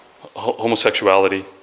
homosexuality